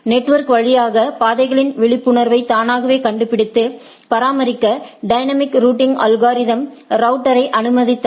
network வழியாக பாதைகளின் விழிப்புணர்வை தானாகவே கண்டுபிடித்து பராமரிக்க டைனமிக் ரூட் அல்கோரிதம்கள் ரவுட்டரை அனுமதித்தன